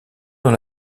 dans